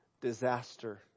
disaster